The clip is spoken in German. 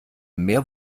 mehr